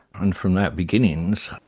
and from that beginning,